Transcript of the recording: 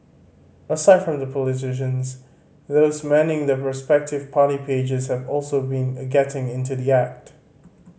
aside from the politicians those manning the respective party pages have also been a getting into the act